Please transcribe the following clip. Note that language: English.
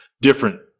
different